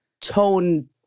tone